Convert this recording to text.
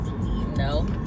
no